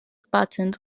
patent